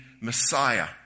Messiah